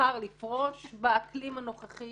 בחר לפרוש באקלים הנוכחי